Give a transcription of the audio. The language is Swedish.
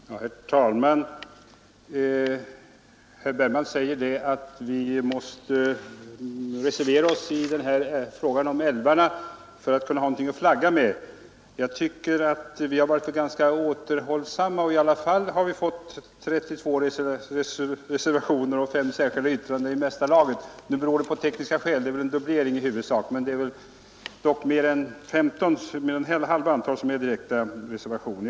Herr talman! Herr Bergman säger att vi måste reservera oss i frågan om älvarna för att ha någonting att flagga med. Jag tycker att vi har varit ganska återhållsamma, men ändå har det blivit 32 reservationer och fem särskilda yttranden, och det är väl i mesta laget. Nu har detta tekniska orsaker — det är väl i stor utsträckning fråga om dubbleringar — men mer än halva antalet är nog direkta reservationer.